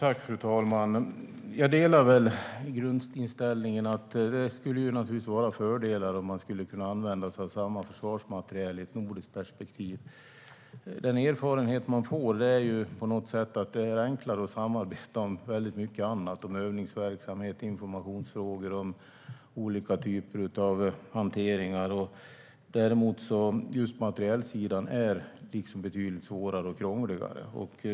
Fru talman! Jag delar grundinställningen att det naturligtvis skulle finnas fördelar om man kunde använda samma försvarsmateriel i ett nordiskt perspektiv. Den erfarenhet man får är att det är enklare att samarbeta om väldigt mycket annat, till exempel övningsverksamhet, informationsfrågor och olika typer av hantering. Däremot är just materielsidan betydligt krångligare.